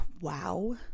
wow